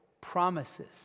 promises